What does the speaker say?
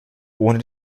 ohne